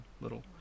little